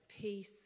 peace